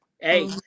Hey